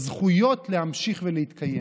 הזכות להמשיך להתקיים.